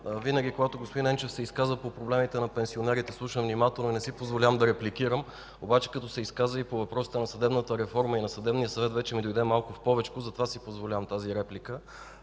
Винаги, когато господин Енчев се изказва по проблемите на пенсионерите, слушам внимателно и не си позволявам да репликирам, обаче като се изказа и по въпросите на съдебната реформа и Съдебния съвет вече ми дойде малко в повечко, затова си позволявам тази реплика.